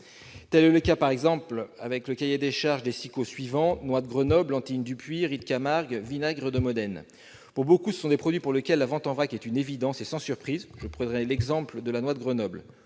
Tel est le cas, par exemple, des cahiers des charges des SIQO suivants : noix de Grenoble, lentilles du Puy, riz de Camargue, vinaigre de Modène. Pour beaucoup de ces produits, la vente en vrac est une évidence- sans surprise, je prendrai l'exemple de la noix de Grenoble.